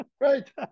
Right